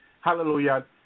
hallelujah